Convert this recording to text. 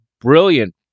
brilliant